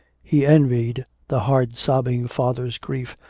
he envied the hard-sobbing father's grief,